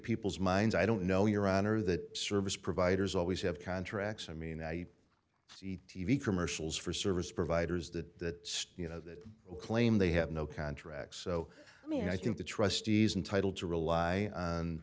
people's minds i don't know your honor that service providers always have contracts i mean i see t v commercials for service providers that you know that claim they have no contracts so i mean i think the trustees and title to rely on